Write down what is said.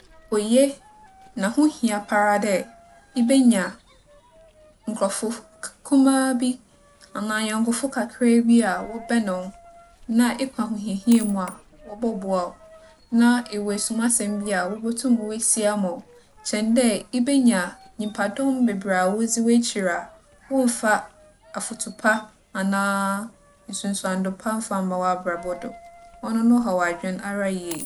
Oye, na ho hia paa ara dɛ, ibenya nkorͻfo ku - kumaabi anaa anyɛnkofo kakraabi a wͻbɛn wo na ekͻ ahohiahia mu a, wͻbͻboa wo. Na ewͻ esumasɛm bi a, wobotum woesie ama wo kyɛn dɛ ibenya nyimpadͻm beberee a wodzi w'ekyir a wͻmmfa afotu pa anaa nsunsuando pa mmfa mmba w'abrabͻ do. ͻno no haw adwen ara yie.